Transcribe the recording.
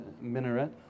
minaret